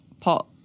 pot